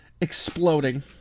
exploding